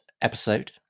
episode